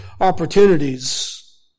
opportunities